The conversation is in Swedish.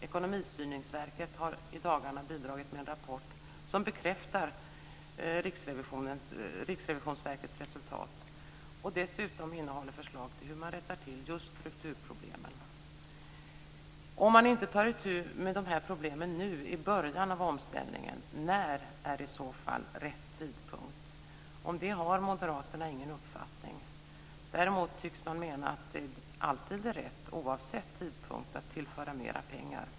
Ekonomistyrningsverket har i dagarna bidragit med en rapport som bekräftar Riksrevisionsverkets resultat och dessutom innehåller förslag om hur man rättar till just strukturproblemen. Om man inte tar itu med de här problemen nu i början av omställningen, när är i så fall rätt tidpunkt? Om det har Moderaterna ingen uppfattning. Däremot tycks man mena att det alltid är rätt, oavsett tidpunkt, att tillföra mera pengar.